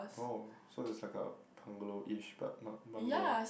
oh so it's like a bungalow ish but not bungalow